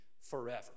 forever